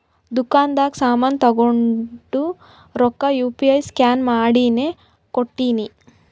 ದುಕಾಂದಾಗ್ ಸಾಮಾನ್ ತೊಂಡು ರೊಕ್ಕಾ ಯು ಪಿ ಐ ಸ್ಕ್ಯಾನ್ ಮಾಡಿನೇ ಕೊಟ್ಟಿನಿ